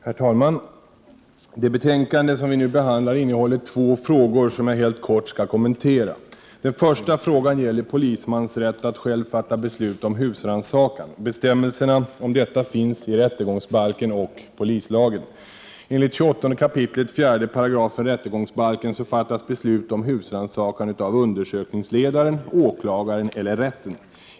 Herr talman! Det betänkande vi nu behandlar innehåller två frågor som jag helt kort skall kommentera. Den första frågan gäller polismans rätt att själv fatta beslut om husrannsakan. Bestämmelserna om detta finns i rättegångsbalken och polislagen. Enligt 28 kap. 4 § rättegångsbalken fattas beslut om husrannsakan av undersökningsledaren, åklagaren eller rätten.